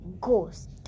Ghost